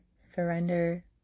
surrender